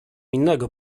innego